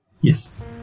Yes